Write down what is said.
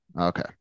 Okay